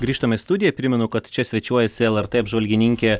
grįžtame į studiją primenu kad čia svečiuojasi lrt apžvalgininkė